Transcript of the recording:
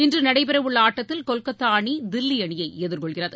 இன்று நடைபெறவுள்ள ஆட்டத்தில் கொல்கத்தா அணி தில்லி அணியை எதிர்கொள்கிறது